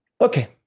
Okay